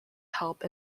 help